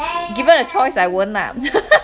given a choice I won't ah